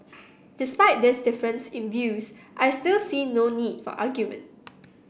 despite this difference in views I still see no need for argument